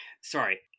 sorry